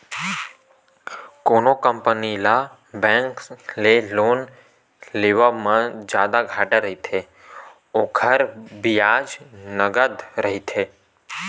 कोनो कंपनी ल बेंक ले लोन लेवब म जादा घाटा रहिथे, ओखर बियाज नँगत रहिथे